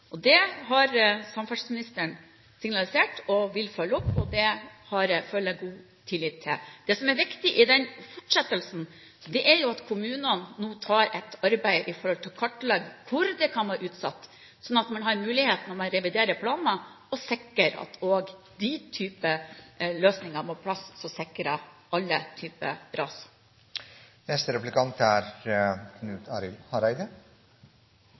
har samferdselsministeren signalisert at hun vil følge opp. Det har jeg tillit til. Det som er viktig i fortsettelsen, er at kommunene nå gjør arbeidet med å kartlegge hvor det kan være utsatte områder, sånn at man har mulighet til – når man reviderer planene – å sikre at de løsningene som sikrer alle typer ras, er på plass. Til neste år kjem det 50 nye tog. Det er